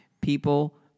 people